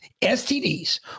stds